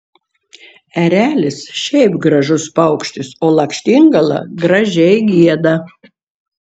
erelis šiaip gražus paukštis o lakštingala gražiai gieda